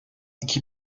iki